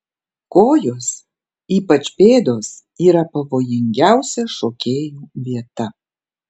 kojos ypač pėdos yra pavojingiausia šokėjų vieta